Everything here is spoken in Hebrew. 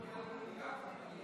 מגיע לגפני.